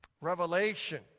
Revelation